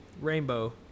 rainbow